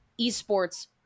esports